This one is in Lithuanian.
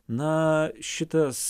na šitas